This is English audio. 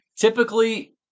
Typically